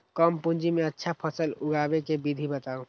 कम पूंजी में अच्छा फसल उगाबे के विधि बताउ?